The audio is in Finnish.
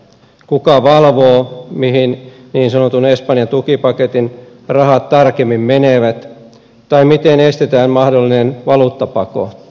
kuka valvoo mihin niin sanotun espanjan tukipaketin rahat tarkemmin menevät tai miten estetään mahdollinen valuuttapako jatkossa